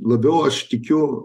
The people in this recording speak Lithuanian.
labiau aš tikiu